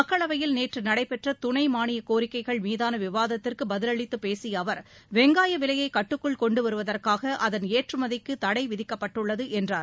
மக்களவையில் நேற்று நடைபெற்ற துணை மாளிய கோரிக்கைகள் மீதான விவாதத்திற்கு பதிலளித்துப் பேசிய அவர் வெங்காய விலையை கட்டுக்குள் கொண்டுவருவதற்காக அதன் ஏற்றுமதிக்கு தடை விதிக்கப்பட்டுள்ளது என்றார்